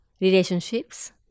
relationships